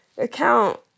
Account